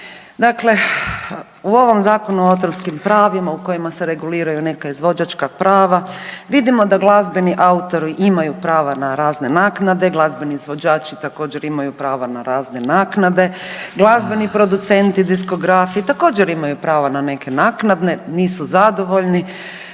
Dakle, u ovom Zakonu o autorskim pravima u kojima se reguliraju neka izvođačka prava vidimo da glazbeni autori imaju prava na razne naknade, glazbeni izvođači također imaju prava na razne naknade, glazbeni producenti, diskografi također imaju prava na neke naknade, nisu zadovoljni